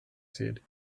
said